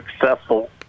successful